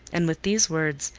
and with these words,